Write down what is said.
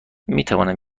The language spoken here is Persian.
میتوانم